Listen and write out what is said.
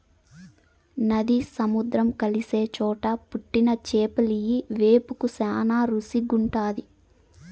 నది, సముద్రం కలిసే చోట పుట్టిన చేపలియ్యి వేపుకు శానా రుసిగుంటాది